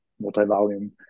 multi-volume